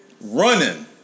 running